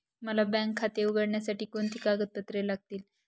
मला बँक खाते उघडण्यासाठी कोणती कागदपत्रे लागतील?